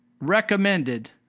recommended